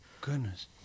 Goodness